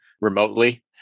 remotely